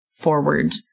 forward